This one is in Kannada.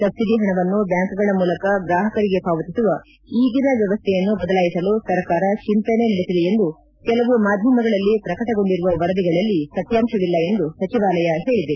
ಸಬ್ಲಿಡಿ ಹಣವನ್ನು ಬ್ಯಾಂಕ್ಗಳ ಮೂಲ ಗ್ರಾಹಕರಿಗೆ ಪಾವತಿಸುವ ಈಗಿನ ವ್ಯವಸ್ಥೆಯನ್ನು ಬದಲಾಯಿಸಲು ಸರ್ಕಾರ ಚಿಂತನೆ ನಡೆಸಿದೆ ಎಂದು ಕೆಲವು ಮಾಧ್ಯಮಗಳಲ್ಲಿ ಪ್ರಕಟಗೊಂಡಿರುವ ವರದಿಗಳಲ್ಲಿ ಸತ್ಕಾಂತವಿಲ್ಲ ಎಂದು ಸಚಿವಾಲಯ ಹೇಳಿದೆ